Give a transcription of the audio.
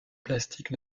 plastique